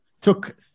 Took